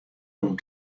rûn